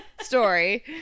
story